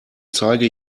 zeige